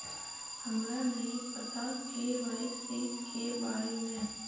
हमरा नहीं पता के.वाई.सी के बारे में?